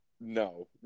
No